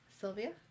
Sylvia